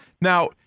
Now